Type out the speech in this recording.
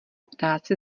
ptáci